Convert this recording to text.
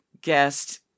guest